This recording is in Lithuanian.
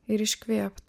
ir iškvėpt